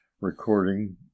Recording